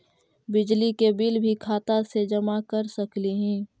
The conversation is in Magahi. बिजली के बिल भी खाता से जमा कर सकली ही?